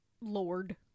lord